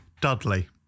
Dudley